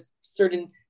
certain